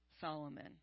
Solomon